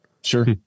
Sure